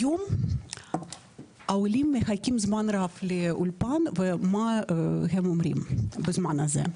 היום העולים מחכים זמן רב לאולפן ומה הם אומרים בזמן הזה,